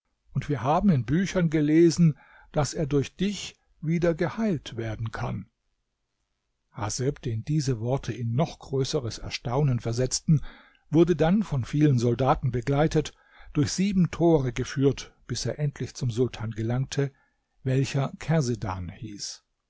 und wir haben in büchern gelesen daß er durch dich wieder geheilt werden kann haseb den diese worte in noch größeres erstaunen versetzten wurde dann von vielen soldaten begleitet durch sieben tore geführt bis er endlich zum sultan gelangte welcher kersedan hieß